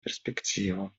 перспективу